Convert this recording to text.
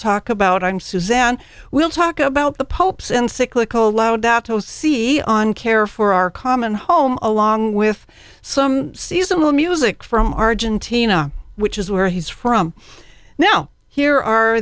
talk about i'm suzanne we'll talk about the pope's and cyclical allowed that o c e on care for our common home along with some seasonal music from argentina which is where he's from now here are